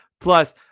Plus